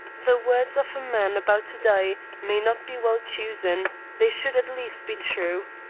the words of a man about to die may not be well chosen they should at least be true.